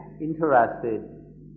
interested